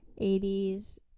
80s